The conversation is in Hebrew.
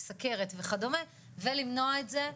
סכרת וכדומה ולמנוע את זה,